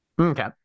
Okay